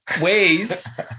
ways